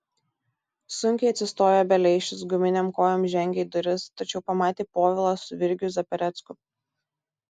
sunkiai atsistojo beleišis guminėm kojom žengė į duris tačiau pamatė povilą su virgiu zaperecku